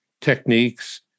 techniques